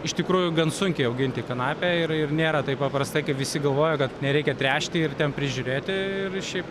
iš tikrųjų gan sunkiai auginti kanapę ir ir nėra taip paprasta kaip visi galvoja kad nereikia tręšti ir ten prižiūrėti ir šiaip